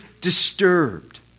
disturbed